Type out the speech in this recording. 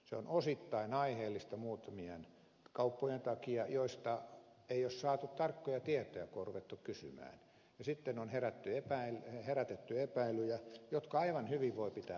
se on osittain aiheellista muutamien kauppojen takia joista ei ole saatu tarkkoja tietoja kun on ruvettu kysymään ja sitten on herätetty epäilyjä jotka aivan hyvin voivat pitää paikkansa